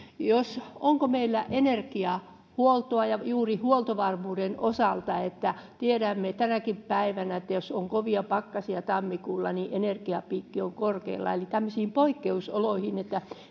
onko meillä energiahuoltoa juuri huoltovarmuuden osalta tiedämme tänäkin päivänä että jos on kovia pakkasia tammikuulla niin energiapiikki on korkealla eli tiedetään että tämmöisiin poikkeusoloihin